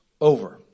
over